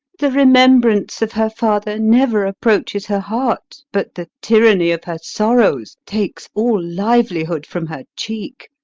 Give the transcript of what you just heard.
the remembrance of her father never approaches her heart but the tyranny of her sorrows takes all livelihood from her cheek.